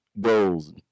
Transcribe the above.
goals